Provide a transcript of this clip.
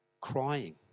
crying